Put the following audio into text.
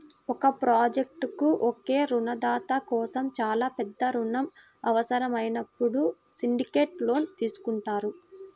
ఒక ప్రాజెక్ట్కు ఒకే రుణదాత కోసం చాలా పెద్ద రుణం అవసరమైనప్పుడు సిండికేట్ లోన్ తీసుకుంటారు